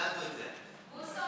להעביר את הצעת חוק הסדרת